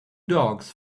dogs